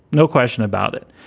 no question about it.